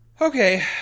Okay